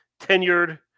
tenured